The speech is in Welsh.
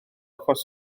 achos